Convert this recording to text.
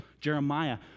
Jeremiah